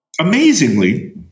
amazingly